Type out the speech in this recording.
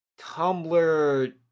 Tumblr